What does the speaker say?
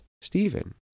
Stephen